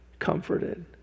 comforted